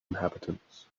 inhabitants